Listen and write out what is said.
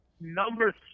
number